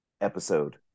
episode